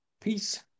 peace